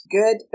Good